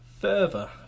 further